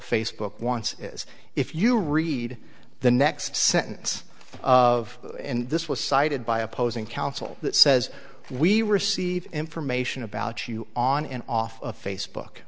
facebook wants is if you read the next sentence of this was cited by opposing counsel that says we received information about you on and off of facebook